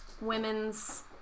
women's